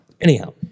anyhow